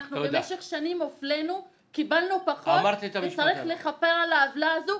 אנחנו במשך שנים הופלנו וקיבלנו פחות וצריך לכפר על עוולה זו.